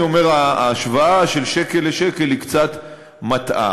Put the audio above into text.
אני אומר שההשוואה של שקל לשקל היא קצת מטעה.